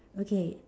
okay